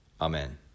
Amen